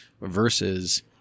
versus